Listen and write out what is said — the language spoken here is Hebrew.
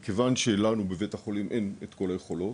מכיוון שלנו בבית החולים אין את כל היכולות,